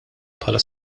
bħala